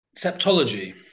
Septology